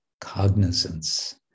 cognizance